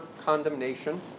condemnation